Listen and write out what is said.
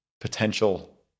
potential